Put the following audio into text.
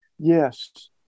Yes